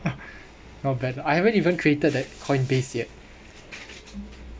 not bad I haven't even created that coin based yet